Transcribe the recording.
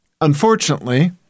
Unfortunately